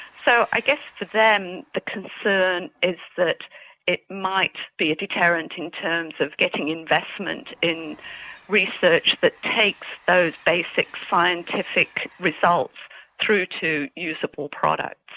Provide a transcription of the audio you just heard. so i guess for them the concern is that it might be a deterrent in terms of getting investment in research that takes those basic scientific results through to usable products.